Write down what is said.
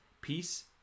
peace